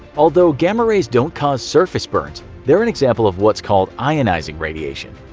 although gamma rays don't cause surface burns, they're an example of what's called ionizing radiation.